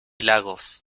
lagos